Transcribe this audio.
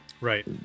right